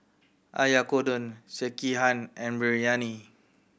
Oyakodon Sekihan and Biryani